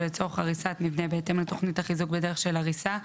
לצורך הריסת מבנה בהתאם לתוכנית החיזוק בדרך של הריסה,